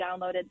downloaded